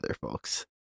folks